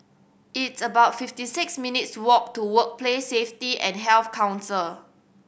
it's about fifty six minutes' walk to Workplace Safety and Health Council